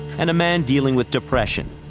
and a man dealing with depression,